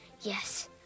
Yes